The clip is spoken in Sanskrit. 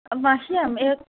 मह्यम् एकं